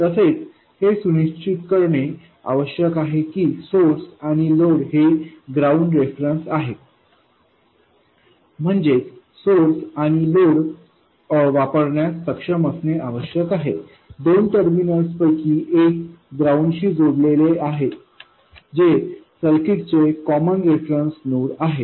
तसेच हे सुनिश्चित करणे आवश्यक आहे की सोर्स आणि लोड हे ग्राउंड रेफरन्स आहेत म्हणजेच सोर्स आणि लोड वापरण्यास सक्षम असणे आवश्यक आहे दोन टर्मिनल्सपैकी एक ग्राउंडशी जोडलेले आहे जे सर्किटचे कॉमन रेफरन्स नोड आहे